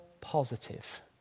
positive